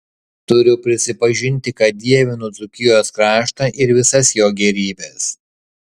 turiu prisipažinti kad dievinu dzūkijos kraštą ir visas jo gėrybes